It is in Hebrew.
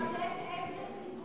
תחדד איזה ציבור,